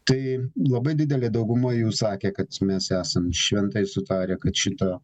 tai labai didelė dauguma jų sakė kad mes esam šventai sutarę kad šitą